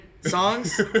songs